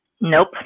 Nope